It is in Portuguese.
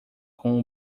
com